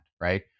right